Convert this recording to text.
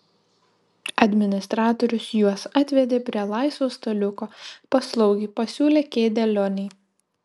administratorius juos atvedė prie laisvo staliuko paslaugiai pasiūlė kėdę lionei